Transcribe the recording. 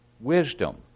Wisdom